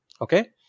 okay